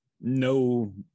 no